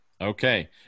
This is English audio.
Okay